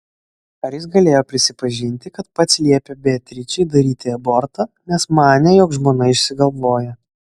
ar jis galėjo prisipažinti kad pats liepė beatričei daryti abortą nes manė jog žmona išsigalvoja